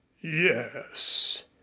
Yes